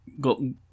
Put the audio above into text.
go